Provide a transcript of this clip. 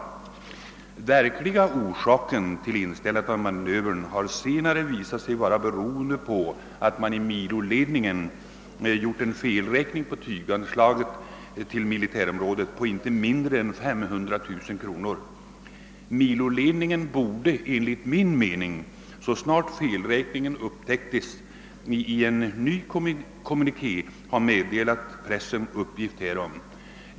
Den verkliga orsaken till inställandet av manövern har senare visat sig vara att man i miloledningen gjort en felräkning beträffande tyganslaget till militärområdet i fråga på inte mindre än 500 000 kronor. Miloledningen borde enligt min mening, så snart felräkningen upptäcktes, i en ny kommuniké ha meddelat pressen uppgift härom.